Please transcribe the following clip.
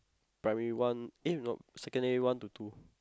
primary one eh no Secondary one to two